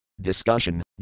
Discussion